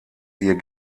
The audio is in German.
ihr